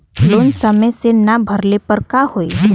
Loan समय से ना भरले पर का होयी?